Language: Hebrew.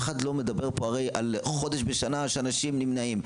אף אחד לא מדבר פה על חודש בשנה שאנשים נמנעים,